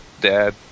dad